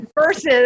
Versus